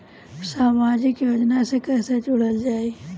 समाजिक योजना से कैसे जुड़ल जाइ?